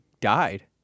died